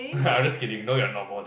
I'm just kidding no you are not balding